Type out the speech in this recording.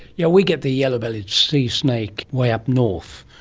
yeah we get the yellow bellied sea snake way up north.